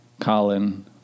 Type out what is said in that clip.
Colin